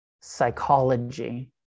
psychology